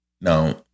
Now